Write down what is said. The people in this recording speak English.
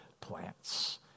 plants